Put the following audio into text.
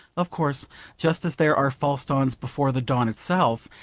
of course just as there are false dawns before the dawn itself,